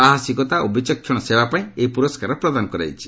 ସାହସିକତା ଓ ବିଚକ୍ଷଣ ସେବାପାଇଁ ଏହି ପୁରସ୍କାର ପ୍ରଦାନ କରାଯାଇଛି